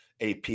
AP